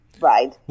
right